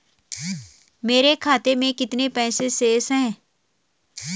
मेरे खाते में कितने पैसे शेष हैं?